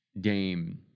Dame